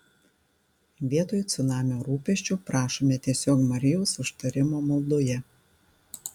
vietoj cunamio rūpesčių prašome tiesiog marijos užtarimo maldoje